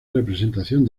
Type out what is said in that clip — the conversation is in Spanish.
representación